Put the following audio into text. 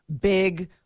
big